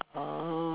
oh